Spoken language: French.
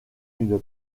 une